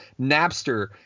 Napster